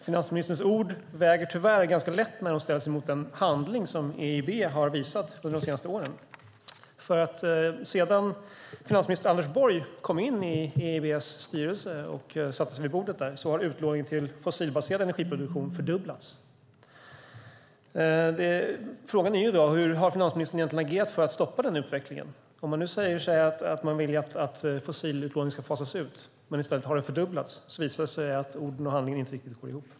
Finansministerns ord väger tyvärr ganska lätt när de ställs mot den handling som EIB har visat under de senaste åren. Sedan finansminister Anders Borg kom in i EIB:s styrelse och satte sig vid bordet där har utlåningen till fossilbaserad energiproduktion fördubblats. Frågan är: Hur har finansministern egentligen agerat för att stoppa den utvecklingen? Om han nu säger att man vill att fossilutlåningen ska fasas ut men den i stället har fördubblats visar det att ord och handling inte riktigt går ihop.